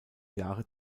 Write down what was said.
jahre